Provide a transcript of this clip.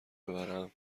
ببرم